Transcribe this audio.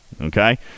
Okay